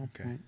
Okay